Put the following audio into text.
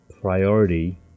priority